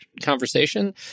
conversation